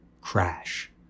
Crash